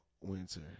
winter